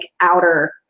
outer